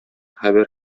хәбәр